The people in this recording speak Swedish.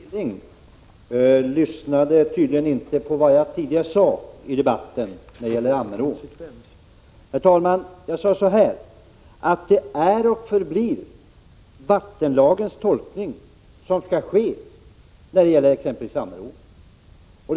Herr talman! Knut Billing lyssnade tydligen inte på vad jag tidigare i flera inlägg i debatten sade om Ammerån. Jag framhöll att det är och förblir tolkningen av vattenlagen som gäller för exempelvis Ammerån.